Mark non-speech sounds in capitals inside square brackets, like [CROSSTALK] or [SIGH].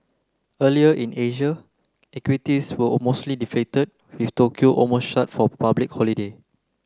earlier in Asia equities were [UNINTELLIGIBLE] deflated with Tokyo almost shut for public holiday